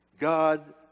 God